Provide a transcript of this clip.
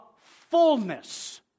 fullness